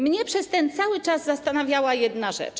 Mnie przez ten cały czas zastanawiała jedna rzecz.